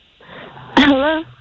Hello